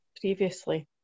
previously